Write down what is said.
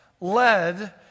led